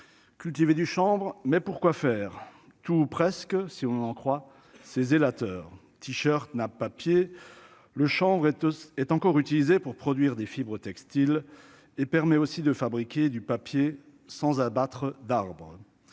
cultiver du chanvre, mais pourquoi faire tout, ou presque, si on en croit ses zélateurs Nat papier le chambre est encore utilisé pour produire des fibres textiles et permet aussi de fabriquer du papier sans abattre d'arbre